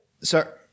sir